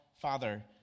Father